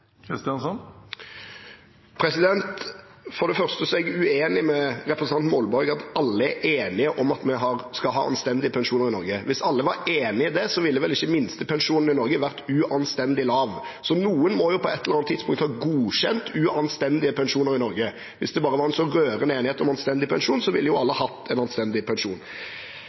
For det første er jeg uenig med representanten Molberg i at alle er enige om at vi skal ha anstendige pensjoner i Norge. Hvis alle var enig i det, ville vel ikke minstepensjonen i Norge ha vært uanstendig lav, så noen må på et eller annet tidspunkt ha godkjent uanstendige pensjoner i Norge. Hvis det bare var en så rørende enighet om anstendig pensjon, ville alle ha hatt en anstendig pensjon.